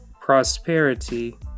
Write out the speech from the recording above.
prosperity